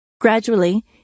gradually